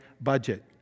budget